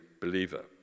believer